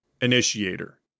Initiator